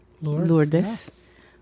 Lourdes